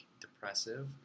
depressive